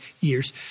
years